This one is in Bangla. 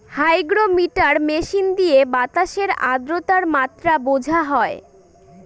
হাইগ্রোমিটার মেশিন দিয়ে বাতাসের আদ্রতার মাত্রা বোঝা হয়